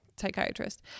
psychiatrist